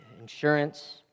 insurance